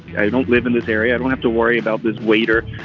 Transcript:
i don't live in this area. i don't have to worry about this waiter,